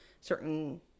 certain